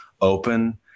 open